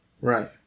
Right